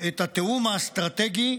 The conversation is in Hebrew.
את התיאום האסטרטגי,